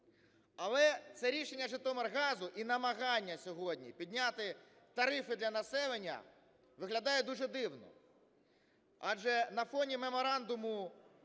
Але це рішення Житомиргазу і намагання сьогодні підняти тарифи для населення виглядає дуже дивно, адже на фоні Меморандуму